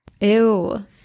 Ew